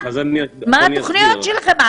מה התוכניות שלכם?